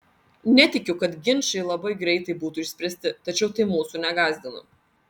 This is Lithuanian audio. netikiu kad ginčai labai greitai būtų išspręsti tačiau tai mūsų negąsdina